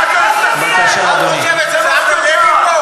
אין לך מה להתבייש, רק על, רק על לסכסך.